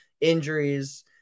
injuries –